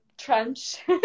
trench